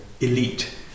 elite